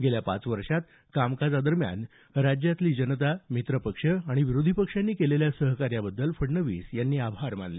गेल्या पाच वर्षात कामकाजादरम्यान राज्यातील जनता मित्र पक्ष विरोधी पक्षांनी केलेल्या सहकार्याबद्दल फडणवीस यांनी आभार मानले